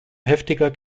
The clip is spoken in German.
heftiger